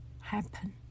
happen